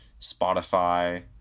spotify